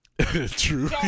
True